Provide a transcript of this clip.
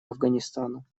афганистана